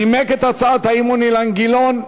נימק את הצעת האי-אמון אילן גילאון.